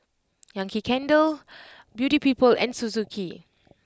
Yankee Candle Beauty People and Suzuki